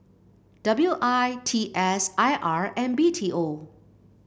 W I T S I R and B T O